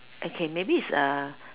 okay maybe it's